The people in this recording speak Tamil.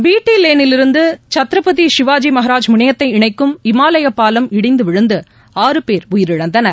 பி டி லேண்ட் லேன் லிருந்து சத்ரபதிசிவாஜிமகராஜ் முனையத்தை இணைக்கும் இமாலயபாலம் இடிந்துவிழுந்து ஆறு பேர் உயிரிழந்தனர்